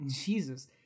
Jesus